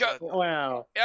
Wow